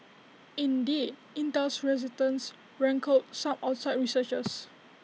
indeed Intel's reticence rankled some outside researchers